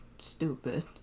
stupid